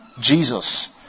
Jesus